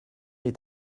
est